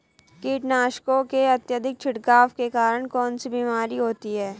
कीटनाशकों के अत्यधिक छिड़काव के कारण कौन सी बीमारी होती है?